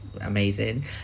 amazing